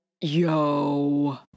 Yo